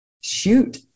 shoot